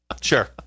Sure